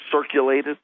circulated